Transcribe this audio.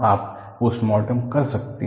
आप पोस्टमॉर्टम कर सकते हैं